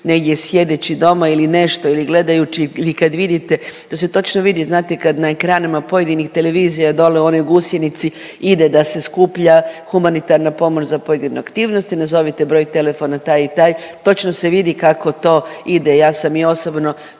negdje sjedeći doma ili nešto ili gledajući ili kad vidite, to se točno vidi znate kad na ekranima pojedinih televizija, dole u onoj gusjenici ide da se skuplja humanitarna pomoć za pojedine aktivnosti, nazovite broj telefona taj i taj, točno se vidi kako to ide. Ja sam i osobno